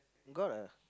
got a